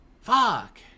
fuck